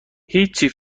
هیچی